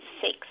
six